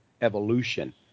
evolution